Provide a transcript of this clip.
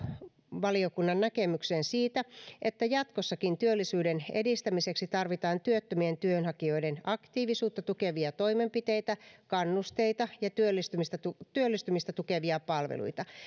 arvovaliokunnan näkemykseen siitä että jatkossakin työllisyyden edistämiseksi tarvitaan työttömien työnhakijoiden aktiivisuutta tukevia toimenpiteitä kannusteita ja työllistymistä työllistymistä tukevia palveluita